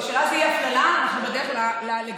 שלה זה אי-הפללה, אנחנו בדרך ללגליזציה.